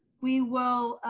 we will,